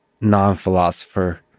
non-philosopher